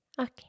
Okay